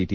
T